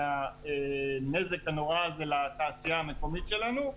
מהנזק הנורא הזה לתעשייה המקומית שלנו,